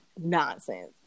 nonsense